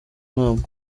nama